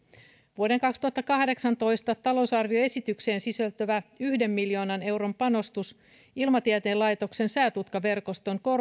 vuoden kaksituhattakahdeksantoista talousarvioesitykseen sisältyvä yhden miljoonan euron panostus ilmatieteen laitoksen säätutkaverkoston